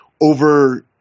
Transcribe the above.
over –